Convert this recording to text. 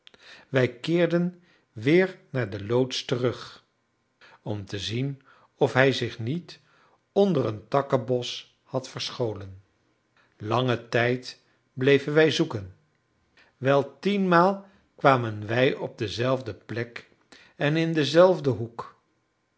wij keerden weer naar de loods terug om te zien of hij zich niet onder een takkenbos had verscholen langen tijd bleven wij zoeken wel tienmaal kwamen wij op dezelfde plek en in denzelfden hoek